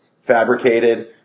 fabricated